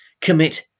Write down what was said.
commit